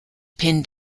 pin